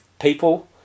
people